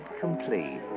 complete